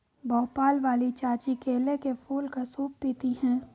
भोपाल वाली चाची केले के फूल का सूप पीती हैं